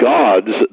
gods